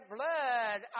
blood